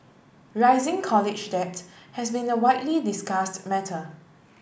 rising college debt has been a widely discussed matter